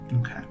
Okay